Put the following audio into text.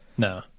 No